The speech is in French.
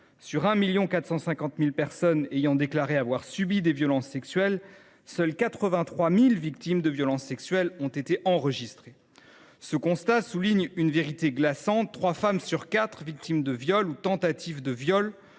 sur 1,45 million de personnes ayant déclaré avoir subi des violences sexuelles, seules 83 000 victimes de violences sexuelles ont été enregistrées ! Ce constat souligne une vérité glaçante : trois femmes sur quatre victimes de viol ou de tentatives de viol